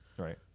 Right